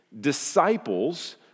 Disciples